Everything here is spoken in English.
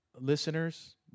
listeners